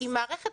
היא מערכת